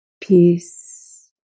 peace